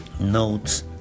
notes